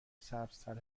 سبزتر